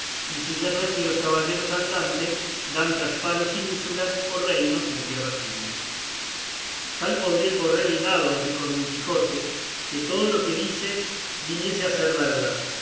palos si ya no es que los caballeros andantes dan tras palos ínsulas o reinos en tierra firme tal podría correr el dado dijo don quijote que todo lo que dices viniese a ser verdad